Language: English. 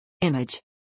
Image